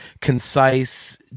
concise